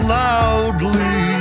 loudly